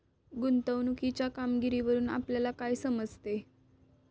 गुंतवणुकीच्या कामगिरीवरून आपल्याला काय समजते?